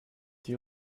die